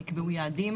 נקבעו יעדים